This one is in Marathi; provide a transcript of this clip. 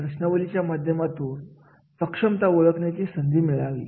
प्रश्नावलीच्या माध्यमातून सक्षमता ओळखण्याची संधी मिळावी